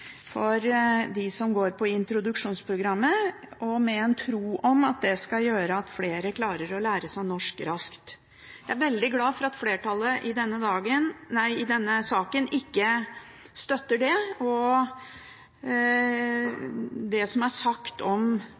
for dem som går på introduksjonsprogrammet, med en tro på at det skal gjøre at flere klarer å lære seg norsk raskt. Jeg er veldig glad for at flertallet i denne saken ikke støtter det og det som er sagt om